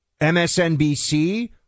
MSNBC